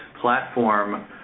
platform